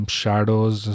shadows